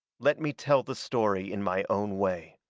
let me tell the story in my own way.